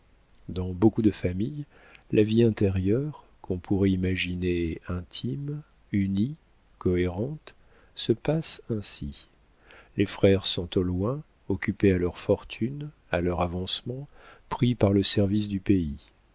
dans beaucoup de familles la vie intérieure qu'on pourrait imaginer intime unie cohérente se passe ainsi les frères sont au loin occupés à leur fortune à leur avancement pris par le service du pays